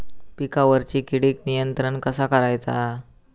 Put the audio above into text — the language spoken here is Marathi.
पिकावरची किडीक नियंत्रण कसा करायचा?